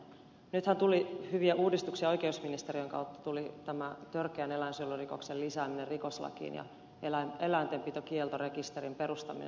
nythän tuli hyviä uudistuksia oikeusministeriön kautta tuli tämä törkeän eläinsuojelurikoksen lisääminen rikoslakiin ja eläintenpitokieltorekisterin perustaminen